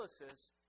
analysis